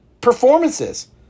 performances